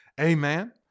Amen